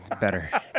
better